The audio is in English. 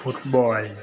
football